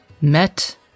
met